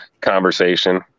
conversation